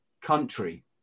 country